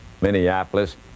Minneapolis